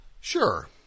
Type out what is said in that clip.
Sure